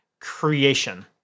creation